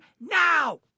now